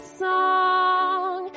song